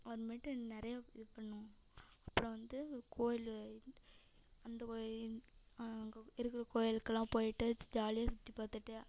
அப்பறமேட்டு நிறையா இது பண்ணுவோம் அப்புறம் வந்து கோயில் அந்த கோயி இந் அங்கே இருக்கிற கோவிலுக்கெல்லாம் போயிட்டு ஜாலியாக சுற்றி பார்த்துட்டு